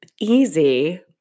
easy